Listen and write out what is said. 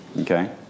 Okay